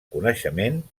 coneixement